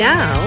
Now